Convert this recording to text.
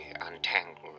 untangled